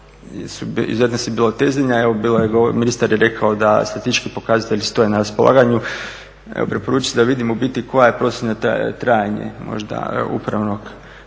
bila …, evo bilo govora, ministar je rekao da statistički pokazatelji stoje na raspolaganju. Evo, preporuča se da vidimo u biti koja je … trajanje, možda upravnog sudovanja